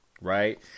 right